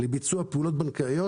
לביצוע פעולות בנקאיות.